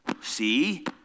See